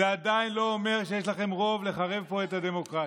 זה עדיין לא אומר שיש לכם רוב לחרב פה את הדמוקרטיה.